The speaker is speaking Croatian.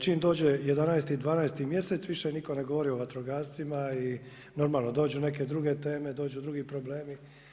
Čim dođe 11. 12. mjesec više nitko ne govori o vatrogascima i normalno dođu neke druge teme, dođu drugi problemi.